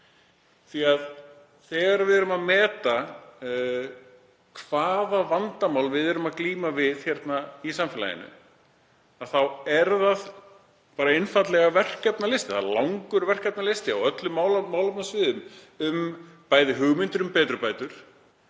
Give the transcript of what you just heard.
þegar við erum að meta hvaða vandamál við erum að glíma við í samfélaginu þá er það bara einfaldlega verkefnalisti. Það er langur verkefnalisti á öllum málefnasviðum, bæði hugmyndir um betrumbætur